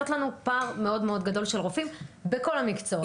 לנו פער מאוד-מאוד גדול של רופאים בכל המקצועות.